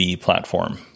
platform